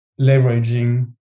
leveraging